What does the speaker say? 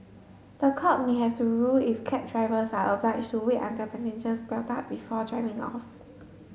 the court may have to rule if cab drivers are oblige to wait until passengers belt up before driving off